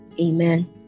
Amen